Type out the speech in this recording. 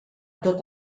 tot